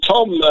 Tom